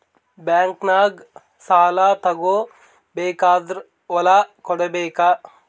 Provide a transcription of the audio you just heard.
ಬ್ಯಾಂಕ್ನಾಗ ಸಾಲ ತಗೋ ಬೇಕಾದ್ರ್ ಹೊಲ ಕೊಡಬೇಕಾ?